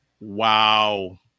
Wow